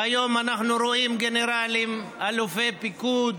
והיום אנחנו רואים גנרלים, אלופי פיקוד,